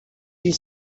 you